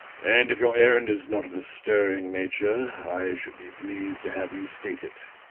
and if your errand is not of a stirring nature, i should be pleased to have you state it.